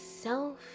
self